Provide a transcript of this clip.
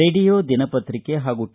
radio ದಿನಪತ್ರಿಕೆ ಹಾಗೂ ಟ